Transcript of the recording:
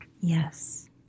Yes